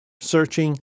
searching